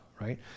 right